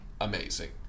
amazing